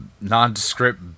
Nondescript